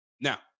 Now